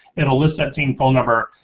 it'll list that same phone number,